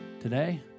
today